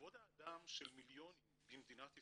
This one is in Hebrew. כבוד האדם של מיליונים במדינת ישראל,